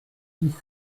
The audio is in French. six